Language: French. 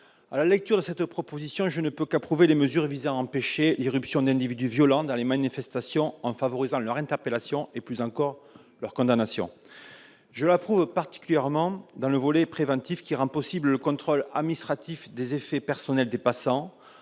à la lecture de cette proposition de loi, je ne peux qu'approuver les mesures visant à empêcher l'irruption d'individus violents dans les manifestations en favorisant leur interpellation et plus encore leur condamnation. J'approuve particulièrement ce texte dans son volet préventif, qui rend possible le contrôle administratif des effets personnels des passants